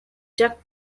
jack